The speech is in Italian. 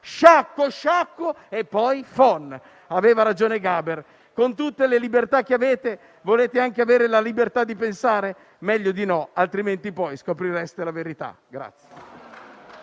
«Sciacquo, sciacquo e poi... *phon*!». Aveva ragione Gaber: «con tutte le libertà che avete, volete anche avere la libertà di pensare?». Meglio di no, altrimenti poi scoprireste la verità.